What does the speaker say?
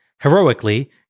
Heroically